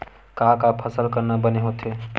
का का फसल करना बने होथे?